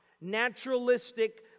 naturalistic